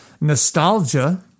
nostalgia